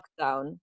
lockdown